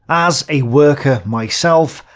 as a worker myself,